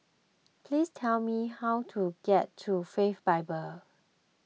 please tell me how to get to Faith Bible